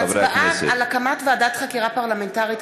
ההצבעה על הקמת ועדת חקירה פרלמנטרית,